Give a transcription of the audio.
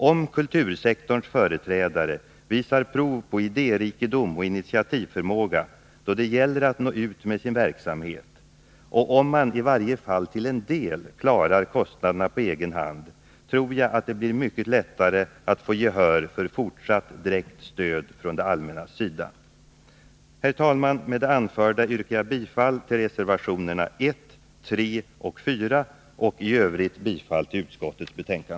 Om kultursektorns företrädare visar prov på idérikedom och initiativförmåga då det gäller att nå ut med sin verksamhet och om man i varje fall till en del klarar kostnaderna på egen hand, tror jag att det blir mycket lättare att få gehör för fortsatt direkt stöd från det allmännas sida. Herr talman! Med det anförda yrkar jag bifall till reservationerna 1, 3 och 4 samt i övrigt bifall till utskottets hemställan.